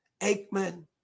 Aikman